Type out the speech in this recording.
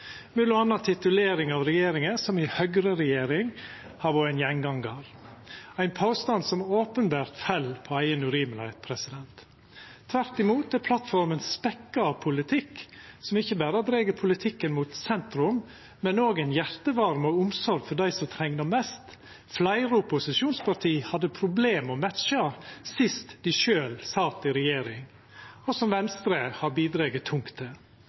har titulering av regjeringa som ei høgreregjering vore ein gjengangar – ein påstand som openbert fell på eiga urimelegheit. Tvert imot er plattforma spekka av politikk som ikkje berre har drege politikken mot sentrum, men òg har ein hjartevarme og omsorg for dei som treng det mest, som fleire opposisjonsparti hadde problem med å matcha sist dei sjølve sat i regjering, og som Venstre har bidrege tungt til.